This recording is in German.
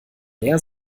leer